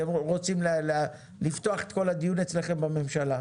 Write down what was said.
אתם רוצים לפתוח את כל הדיון אצלכם בממשלה?